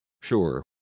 Sure